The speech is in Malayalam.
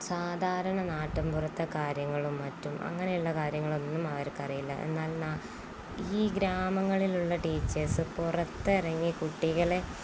സാധാരണ നാട്ടുംപുറത്തെ കാര്യങ്ങളും മറ്റും അങ്ങനെയുള്ള കാര്യങ്ങളൊന്നും അവർക്കറിയില്ല എന്നാൽ ഈ ഗ്രാമങ്ങളിലുള്ള ടീച്ചേഴ്സ് പുറത്തിറങ്ങി കുട്ടികളെ